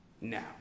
Now